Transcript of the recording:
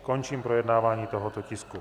Končím projednávání tohoto tisku.